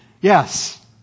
Yes